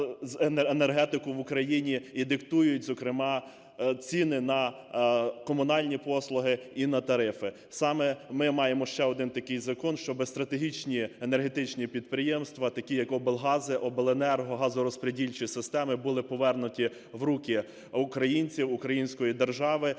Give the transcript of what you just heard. енергетику в Україні і диктують, зокрема, ціни на комунальні послуги і на тарифи, саме ми маємо ще один такий закон, щоб стратегічні енергетичні підприємства, такі як облгази, обленерго, газорозподільчі системи, були повернуті в руки українців, української держави.